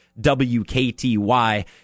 WKTY